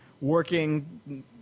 working